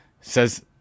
says –